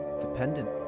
dependent